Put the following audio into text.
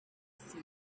see